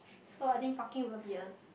so I think parking will be a